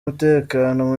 umutekano